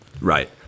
Right